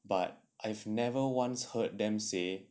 but I've never once heard them say